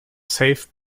save